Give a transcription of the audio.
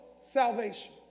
salvation